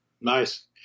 Nice